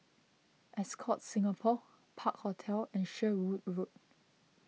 Ascott Singapore Park Hotel and Sherwood Road